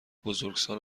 بزرگسال